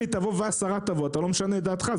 היא תבוא והשרה תבוא אתה לא תשנה את דעתך,